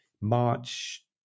March